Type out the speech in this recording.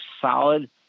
solid